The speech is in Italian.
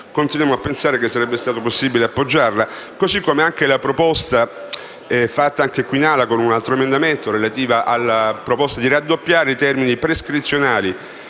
continuiamo a pensare che sarebbe stato possibile appoggiarla. Anche la proposta fatta in Aula, attraverso un altro emendamento, relativa alla proposta di raddoppiare i termini prescrizionali